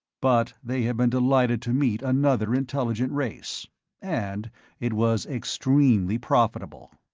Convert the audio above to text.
but they had been delighted to meet another intelligent race and it was extremely profitable.